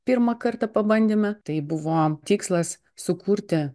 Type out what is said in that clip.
pirmą kartą pabandėme tai buvo tikslas sukurti